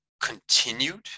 continued